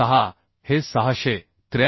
06 हे 683